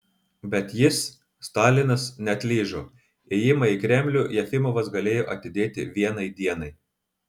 bet jis stalinas neatlyžo ėjimą į kremlių jefimovas galėjo atidėti vienai dienai